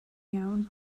iawn